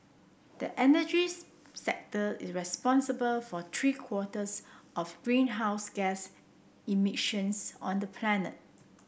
the energy's sector in responsible for three quarters of greenhouse gas emissions on the planet